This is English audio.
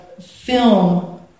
film